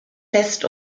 fest